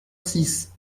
six